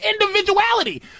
individuality